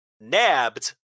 nabbed